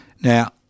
Now